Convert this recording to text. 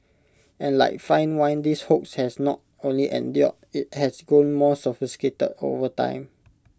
and like fine wine this hoax has not only endured IT has grown more sophisticated over time